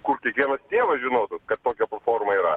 kur kiekvienas tėvas žinotų kad platforma yra